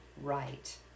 right